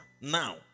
now